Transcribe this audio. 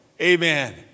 Amen